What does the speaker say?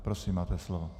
Prosím, máte slovo.